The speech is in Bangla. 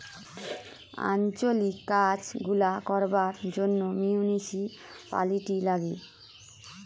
আঞ্চলিক কাজ গুলা করবার জন্যে মিউনিসিপালিটি লাগে